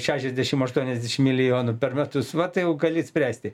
šešiasdešim aštuoniasdešim milijonų per metus va tai gali spręsti